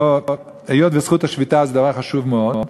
היות שזכות השביתה זה דבר חשוב מאוד,